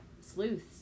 sleuths